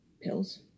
pills